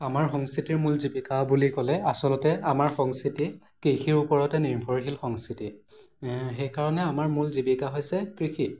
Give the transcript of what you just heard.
আমাৰ সংস্কৃতিৰ মূল জীৱিকা বুলি ক'লে আচলতে আমাৰ সংস্কৃতি কৃষিৰ ওপৰতে নিৰ্ভৰশীল সংস্কৃতি সেইকাৰণে আমাৰ মূল জীৱিকা হৈছে কৃষি